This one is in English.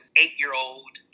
eight-year-old